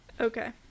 Okay